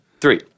three